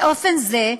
באופן זה,